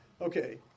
Okay